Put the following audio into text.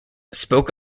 spoke